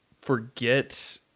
forget